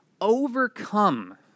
overcome